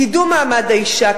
קידום מעמד האשה,